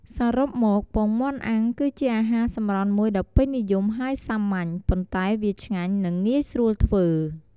សរុបមក ពងមាន់អាំង គឺជាអាហារសម្រន់មួយដ៏ពេញនិយមហើយសាមញ្ញ ប៉ុន្តែវាឆ្ងាញ់ និងងាយស្រួលធ្វើ។